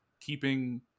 keeping